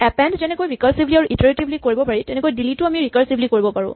append যেনেকৈ recursively আৰু iteratively কৰিব পাৰি তেনেকৈ ডিলিট ও আমি ৰিকাৰছিভলী কৰিব পাৰোঁ